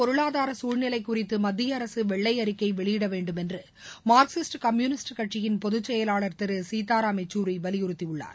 நாட்டின் பொருளாதார சசூழ்நிலை குறித்து மத்திய அரசு வெள்ளை அறிக்கை வெளியிடவேண்டும் என்று மார்க்சிஸ்ட் கம்யூனிஸ்ட் கட்சியின் பொதுச்செயலாளர் திரு சீத்தாராம் யெச்சூரி வலியுறுத்தியுள்ளார்